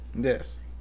yes